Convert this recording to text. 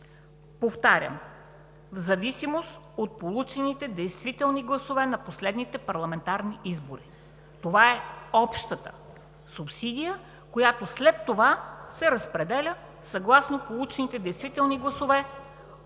Повтарям: в зависимост от получените действителни гласове на последните парламентарни избори! Това е общата субсидия, която след това се разпределя съгласно получените действителни гласове